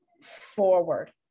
forward